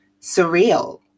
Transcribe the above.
surreal